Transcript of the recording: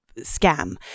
scam